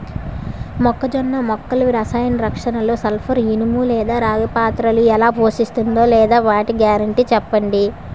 మొక్కజొన్న మొక్కల రసాయన రక్షణలో సల్పర్, ఇనుము లేదా రాగి పాత్ర ఎలా పోషిస్తుందో లేదా వాటి గ్యారంటీ చెప్పండి